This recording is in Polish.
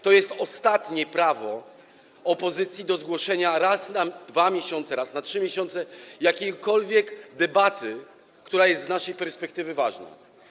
To jest ostatnie prawo opozycji do zgłoszenia raz na 2 miesiące, raz na 3 miesiące propozycji jakiejkolwiek debaty, która jest z naszej perspektywy ważna.